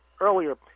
earlier